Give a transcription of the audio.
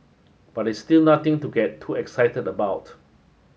but it's still nothing to get too excited about